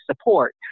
support